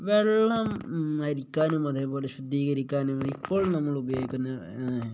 വെള്ളം അരിക്കാനും അതേപോലെ ശുദ്ധീകരിക്കാനും എപ്പോഴും നമ്മൾ ഉപയോഗിക്കുന്ന